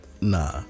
Nah